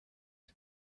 and